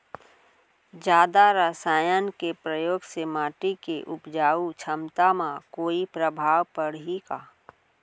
जादा रसायन के प्रयोग से माटी के उपजाऊ क्षमता म कोई प्रभाव पड़ही का?